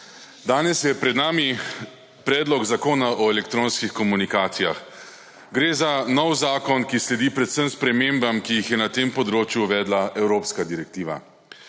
Danes je pred nami Predlog zakona o elektronskih komunikacijah. Gre za nov zakon, ki sledi predvsem spremembam, ki jih je na tem področju uvedla evropska direktiva.